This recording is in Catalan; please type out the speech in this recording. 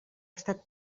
estat